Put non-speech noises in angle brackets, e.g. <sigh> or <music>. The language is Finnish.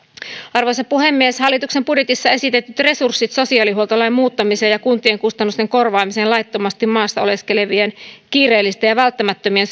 arvoisa puhemies hallituksen budjetissa esitetyt resurssit sosiaalihuoltolain muuttamiseen ja kuntien kustannusten korvaamiseen laittomasti maassa oleskelevien kiireellisten ja välttämättömien <unintelligible>